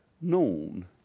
known